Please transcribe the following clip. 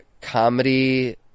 comedy